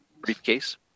briefcase